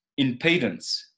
impedance